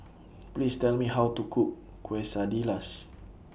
Please Tell Me How to Cook Quesadillas